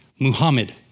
Muhammad